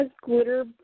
glitter